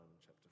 chapter